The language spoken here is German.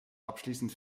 abschließend